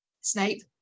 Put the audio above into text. Snape